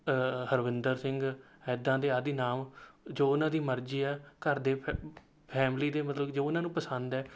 ਅ ਹਰਵਿੰਦਰ ਸਿੰਘ ਇੱਦਾਂ ਦੇ ਆਦਿ ਨਾਮ ਜੋ ਉਨ੍ਹਾਂ ਦੀ ਮਰਜ਼ੀ ਹੈ ਘਰ ਦੇ ਫੈ ਫੈਮਿਲੀ ਦੇ ਮਤਲਬ ਕਿ ਜੋ ਉਨ੍ਹਾਂ ਨੂੰ ਪੰਸਦ ਹੈ